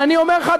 ואני אומר לך,